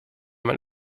man